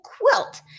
quilt